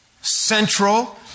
central